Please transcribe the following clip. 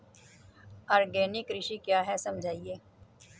Organic कृषि क्या है समझाइए?